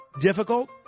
difficult